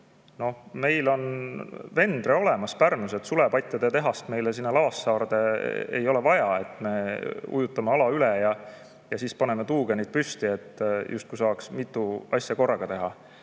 on Pärnus Wendre olemas, sulepatjade tehast meile sinna Lavassaarde ei ole vaja. Me ujutame ala üle ja siis paneme tuugenid püsti, justkui saaks mitut asja korraga teha.